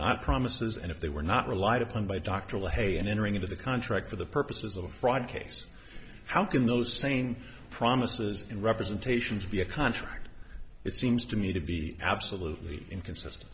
not promises and if they were not relied upon by doctoral hay and entering into the contract for the purposes of a fraud case how can those same promises and representations be a contract it seems to me to be absolutely inconsistent